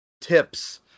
tips